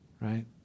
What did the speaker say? right